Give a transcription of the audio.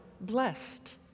blessed